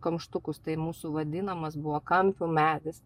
kamštukus tai mūsų vadinamas buvo kampių medis